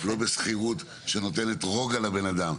לא בשכירות שנותנת רוגע לבן אדם.